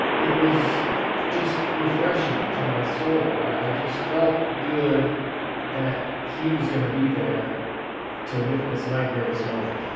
it was just refreshing to my soul. i just felt good that he was going to be there to witness my greatest moment